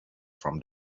from